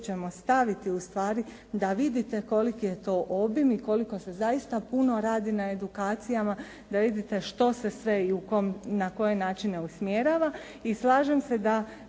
ćemo staviti u stvari da vidite koliki je to obim i koliko se zaista puno radi na edukacijama da vidite što se sve i na koje načine usmjerava.